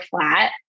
flat